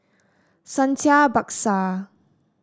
Santha Bhaskar